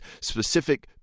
specific